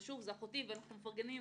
אבל זאת אחותי ואנחנו מפרגנים,